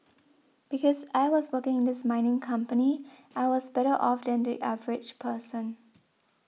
because I was working in this mining company I was better off than the average person